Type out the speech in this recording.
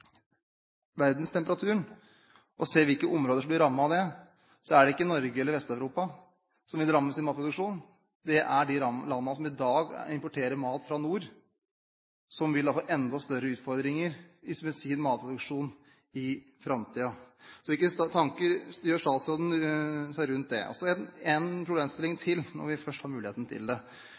og ser hvilke områder som blir rammet av det, er det ikke Norge eller Vest-Europa som vil rammes i sin matproduksjon, det er de landene som i dag importerer mat fra nord som vil få enda større utfordringer i sin matproduksjon i framtiden. Hvilke tanker gjør statsråden seg rundt det? Til slutt en problemstilling til, når vi først har muligheten til det.